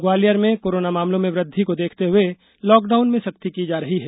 Gwalior corona मामलों में वृद्धि को देखते हुए लॉकडाउन में सख्ती की जा रही है